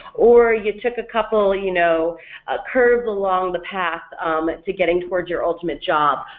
or you took a couple you know ah curves along the path to getting towards your ultimate job,